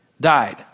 died